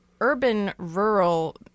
urban-rural